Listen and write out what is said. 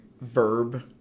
verb